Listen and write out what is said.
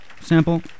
sample